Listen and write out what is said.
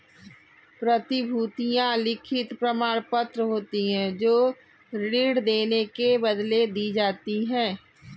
प्रतिभूतियां लिखित प्रमाणपत्र होती हैं जो ऋण लेने के बदले दी जाती है